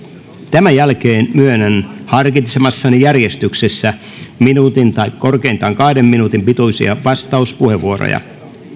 tämän jälkeen myönnän harkitsemassani järjestyksessä minuutin tai korkeintaan kahden minuutin pituisia vastauspuheenvuoroja